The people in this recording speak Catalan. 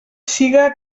siga